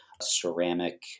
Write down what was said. ceramic